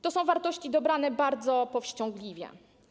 To są wartości dobrane bardzo powściągliwie.